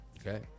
Okay